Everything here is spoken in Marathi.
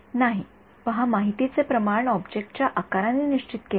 नाही पहा माहितीचे प्रमाण ऑब्जेक्टच्या आकाराने निश्चित केले आहे